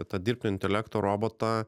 tą dirbtinio intelekto robotą